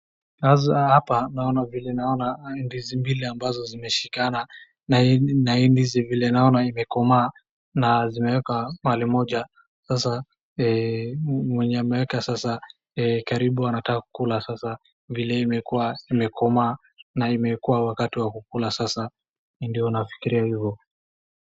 Hasa hapa naona vile naona ndizi mbili ambazo zimeshikana na hii ndizi vile naona imekomaa na zimewekwa mahali moja. Sasa mwenye ameeka sasa karibu anataka kukula sasa vile imekuwa imekomaa na imekuwa wakati wa kula sasa ndio nafikiria hivo.